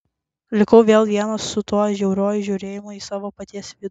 likau vėl vienas su tuo žiauriuoju žiūrėjimu į savo paties vidų